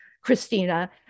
christina